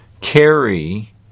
carry